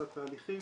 קצת תהליכים,